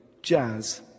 jazz